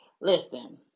Listen